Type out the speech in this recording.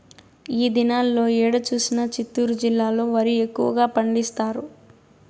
ఈ దినాల్లో ఏడ చూసినా చిత్తూరు జిల్లాలో వరి ఎక్కువగా పండిస్తారు